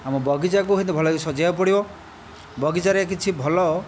ଆମ ବାଗିଚାକୁ ହୁଏତ ଭଲ କି ସଜାଇବାକୁ ପଡ଼ିବ ବଗିଚାରେ କିଛି ଭଲ